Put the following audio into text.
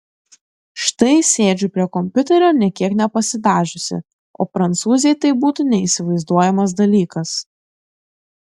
štai sėdžiu prie kompiuterio nė kiek nepasidažiusi o prancūzei tai būtų neįsivaizduojamas dalykas